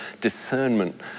discernment